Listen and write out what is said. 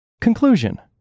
Conclusion